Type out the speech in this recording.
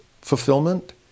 fulfillment